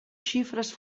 xifres